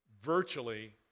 Virtually